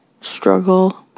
struggle